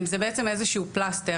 זה בעצם איזה שהוא פלסטר.